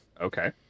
Okay